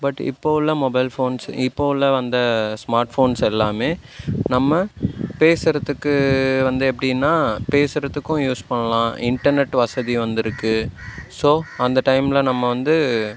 but இப்போ உள்ள mobile phones இப்போ உள்ள வந்த ஸ்மார்ட் ஃபோன்ஸ் எல்லாமே நம்ம பேசுகிறதுக்கு வந்து எப்படின்னா பேசுகிறதுக்கும் யூஸ் பண்ணலாம் இன்டர்நெட் வசதி வந்துருக்குது ஸோ அந்த டைமில் நம்ம வந்து